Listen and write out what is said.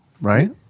right